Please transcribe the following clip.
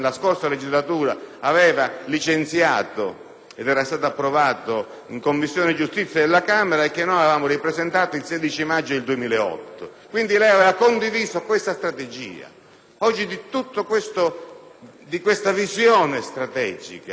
che era stato approvato in Commissione giustizia della Camera dei deputati e che noi avevamo ripresentato il 16 maggio 2008. Quindi, lei aveva condiviso tale strategia. Oggi di tutta questa visione strategica non trovo traccia nella relazione.